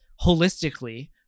holistically